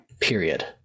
period